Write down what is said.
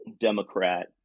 Democrat